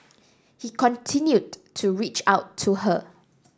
he continued to reach out to her